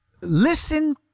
Listen